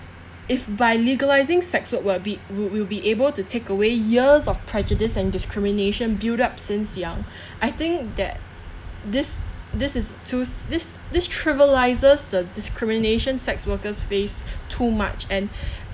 if by legalising sex work were be will will be able to take away years of prejudice and discrimination buildup since young I think that this this is to this this trivializes the discrimination sex workers face too much and